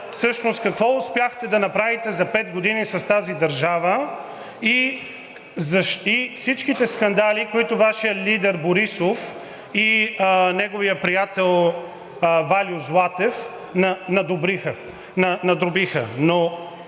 какво успяхте да направите за пет години с тази държава и всичките скандали, които Вашият лидер Борисов и неговият приятел Вальо Златев надробиха.